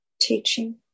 teaching